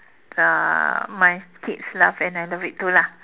uh my kids love and I love it too lah